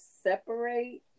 separate